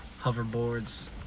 hoverboards